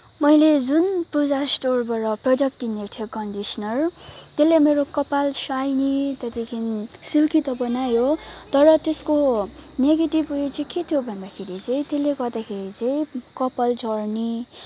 मैले जुन पुजा स्टोरबाट प्रोडक्ट किनेको थिएँ कन्डिसनर त्यसले मेरो कपाल साइनी त्यहाँदेखिन् सिल्की त बनायो तर त्यसको नेगेटिभ उयो चाहिँ के थियो भन्दा चाहिँ त्यसले गर्दाखेरि चाहिँ कपाल झर्ने